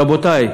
רבותי,